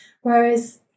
Whereas